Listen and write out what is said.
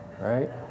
Right